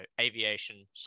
aviation